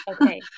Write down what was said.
Okay